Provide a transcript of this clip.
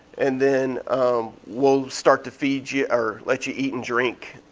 and then um we'll start to feed you or let you eat and drink